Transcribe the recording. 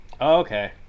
okay